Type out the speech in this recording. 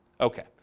okay